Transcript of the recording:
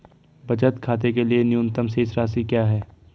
बचत खाते के लिए न्यूनतम शेष राशि क्या है?